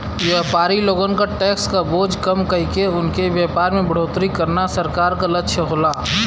व्यापारी लोगन क टैक्स क बोझ कम कइके उनके व्यापार में बढ़ोतरी करना सरकार क लक्ष्य होला